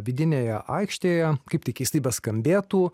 vidinėje aikštėje kaip tai keistai beskambėtų